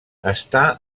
està